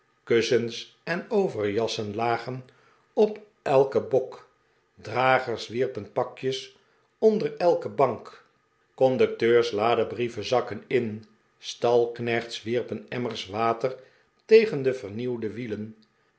kussens en overjassen lagen op elken bok dragers wierpen pakjes onder elke bank conducteurs laadden brievenzakken in stalknechts wierpen emmers water tegen de vernieuwde wielenj